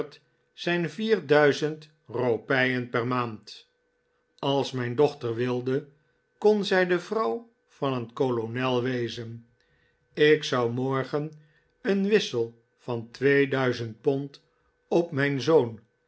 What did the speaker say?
zijn vier duizend ropijen per maand als mijn dochter wilde kon zij de vrouw van een kolonel wezen ik zou morgen een wissel van twee duizend pond op mijn zoon